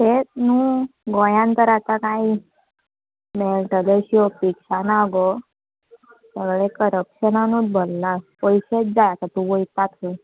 तेत न्हू गोंयान तर आतां कांय मेळटले अशी अपेक्षा ना गो सगळे करप्शनानूत भरलां पयशेच जाय खंय वयता थंय